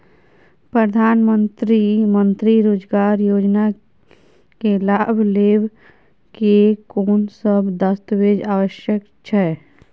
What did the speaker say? प्रधानमंत्री मंत्री रोजगार योजना के लाभ लेव के कोन सब दस्तावेज आवश्यक छै?